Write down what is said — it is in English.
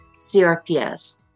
CRPS